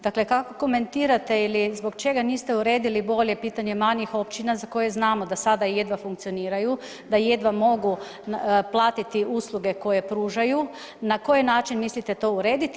Dakle, kako komentirate ili zbog čega niste uredili bolje pitanje manjih općina za koje znamo da sada jedva funkcioniraju, da jedva mogu platiti usluge koje pružaju, na koji način mislite to urediti?